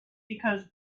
because